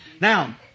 Now